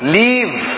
leave